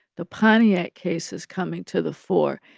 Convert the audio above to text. the pontiac case is coming to the fore.